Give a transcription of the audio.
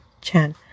Chan